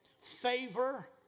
favor